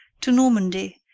to normandy,